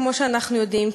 כמו שאנחנו יודעים,